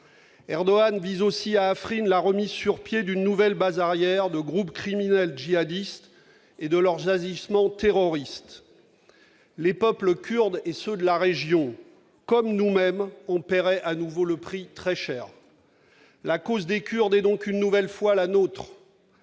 Erdogan vise aussi à Afrine la remise sur pied d'une nouvelle base arrière de groupes criminels djihadistes, pour qu'ils reprennent leurs agissements terroristes. Les peuples kurdes et ceux de la région, comme nous-mêmes, en paieraient de nouveau le prix très cher. La cause des Kurdes est donc une nouvelle fois la nôtre.